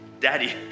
Daddy